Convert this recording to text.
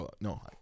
No